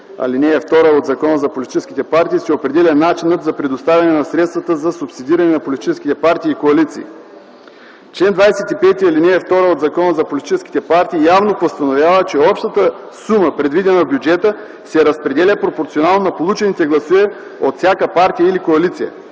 ал. 2 от Закона за политическите партии се определя начинът за предоставяне на средствата за субсидиране на политическите партии и коалиции. Член 25, ал. 2 от Закона за политическите партии явно постановява, че общата сума, предвидена в бюджета, се разпределя пропорционално на получените гласове от всяка партия или коалиция.